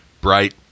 bright